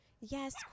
yes